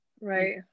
Right